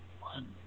One